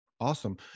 Awesome